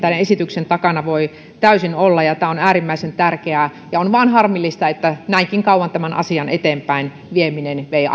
esityksen takana tosiaankin voi täysin olla ja tämä on äärimmäisen tärkeää on vaan harmillista että näinkin kauan tämän asian eteenpäinvieminen vei